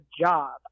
job